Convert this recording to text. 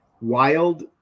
wild